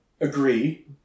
agree